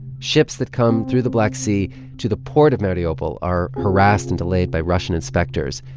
ships that come through the black sea to the port of mariupol are harassed and delayed by russian inspectors.